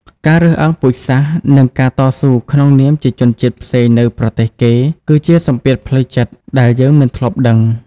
ការរើសអើងពូជសាសន៍ និងការតស៊ូក្នុងនាមជាជនជាតិផ្សេងនៅប្រទេសគេ គឺជាសង្គ្រាមផ្លូវចិត្តដែលយើងមិនធ្លាប់ដឹង។